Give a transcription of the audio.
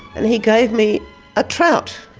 and he gave me a trout.